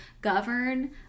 govern